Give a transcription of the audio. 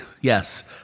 yes